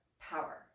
power